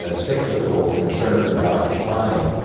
ah cyclical concern about decline.